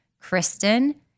Kristen